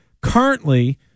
currently